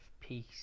peace